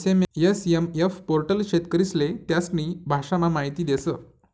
SMF portal शेतकरीस्ले त्यास्नी भाषामा माहिती देस